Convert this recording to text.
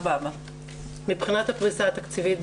מבחינת הפריסה התקציבית,